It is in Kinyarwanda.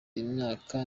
imyaka